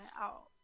out